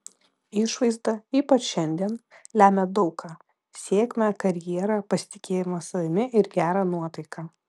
išvaizda ypač šiandien lemia daug ką sėkmę karjerą pasitikėjimą savimi ir gerą nuotaiką